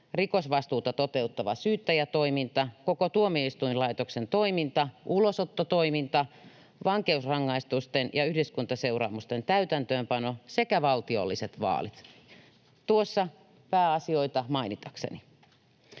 rikosvastuuta toteuttava syyttäjätoiminta, koko tuomioistuinlaitoksen toiminta, ulosottotoiminta, vankeusrangaistusten ja yhdyskuntaseuraamusten täytäntöönpano sekä valtiolliset vaalit — tuossa pääasioita mainitakseni.